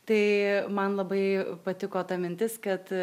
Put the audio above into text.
tai man labai patiko ta mintis kad